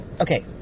Okay